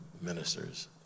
ministers